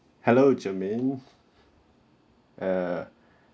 hello jermaine err